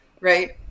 right